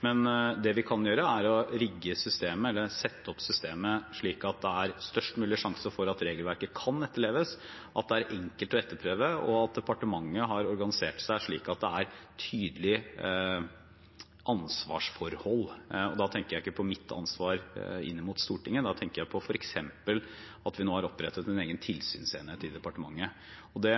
Men det vi kan gjøre, er å sette opp systemet slik at det er størst mulig sjanse for at regelverket kan etterleves, at det er enkelt å etterprøve, og at departementet har organisert seg slik at det er tydelige ansvarsforhold. Da tenker jeg ikke på mitt ansvar inn mot Stortinget, da tenker jeg f.eks. på at vi nå har opprettet en egen tilsynsenhet i departementet. Det